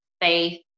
faith